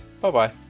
bye-bye